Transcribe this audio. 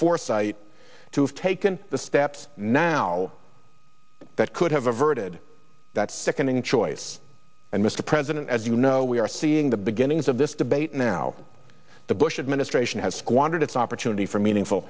foresight to have taken the steps now that could have averted that sickening choice and mr president as you know we are seeing the beginnings of this debate now the bush administration has squandered its opportunity for meaningful